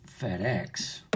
FedEx